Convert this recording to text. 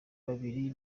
babiri